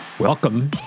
Welcome